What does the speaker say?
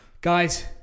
Guys